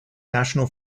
national